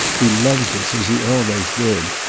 he loves us, as he always did.